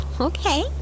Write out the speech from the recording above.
Okay